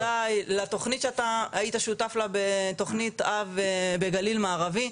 לתכנית שאתה היית שותף לה בתכנית אב בגליל מערבי,